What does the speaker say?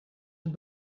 het